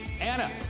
Anna